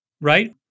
Right